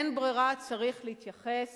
אין ברירה, צריך להתייחס